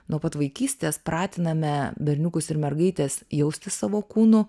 nuo pat vaikystės pratiname berniukus ir mergaites jausti savo kūnu